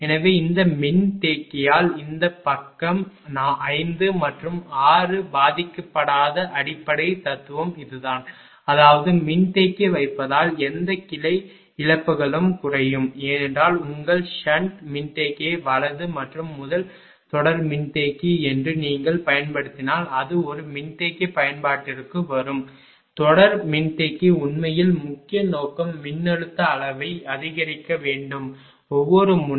எனவே இந்த மின்தேக்கியால் இந்த பக்கம் 5 மற்றும் 6 பாதிக்கப்படாத அடிப்படை தத்துவம் இதுதான் அதாவது மின்தேக்கி வைப்பதால் எந்த கிளை இழப்புகளும் குறையும் ஏனென்றால் உங்கள் ஷன்ட் மின்தேக்கியை வலது மற்றும் முதல் தொடர் மின்தேக்கி என்று நீங்கள் பயன்படுத்தினால் அது ஒரு மின்தேக்கி பயன்பாட்டிற்கு வரும் தொடர் மின்தேக்கி உண்மையில் முக்கிய நோக்கம் மின்னழுத்த அளவை அதிகரிக்க வேண்டும் ஒவ்வொரு முனை